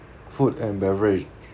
food and beverage